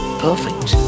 perfect